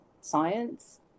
science